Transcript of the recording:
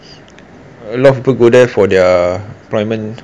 a lot of people go there for their appointment